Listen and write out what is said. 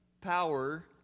power